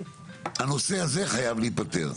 היא חייבת להיפתר.